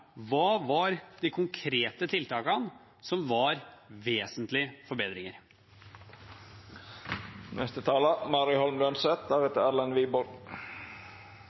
hva var de konkrete tiltakene som var vesentlige forbedringer?